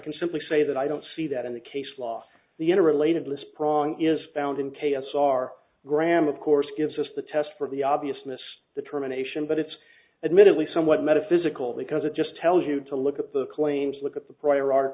can simply say that i don't see that in the case law the in a related less prong is found in k s r graham of course gives us the test for the obviousness determination but it's admittedly somewhat metaphysical because it just tells you to look at the claims look at the prior ar